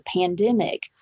pandemic